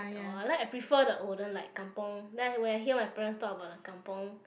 orh I like I prefer the olden like Kampung then when I hear my parents talk about the Kampung